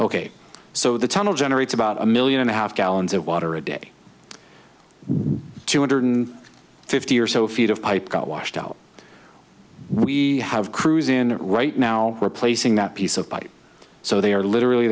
ok so the tunnel generates about a million and a half gallons of water a day two hundred fifty or so feet of pipe got washed out we have crews in right now replacing that piece of pipe so they are literally